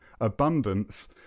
abundance